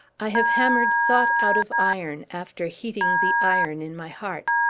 i have hammered thought out of iron, after heating the iron in my heart!